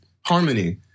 harmony